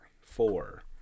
Four